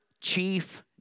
Chief